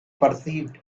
perceived